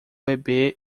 bebê